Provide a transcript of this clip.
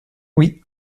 oui